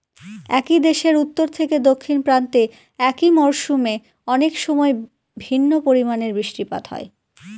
একই দেশের উত্তর থেকে দক্ষিণ প্রান্তে একই মরশুমে অনেকসময় ভিন্ন পরিমানের বৃষ্টিপাত হয়